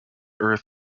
earth